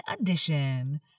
edition